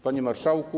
Panie Marszałku!